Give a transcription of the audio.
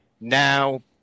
Now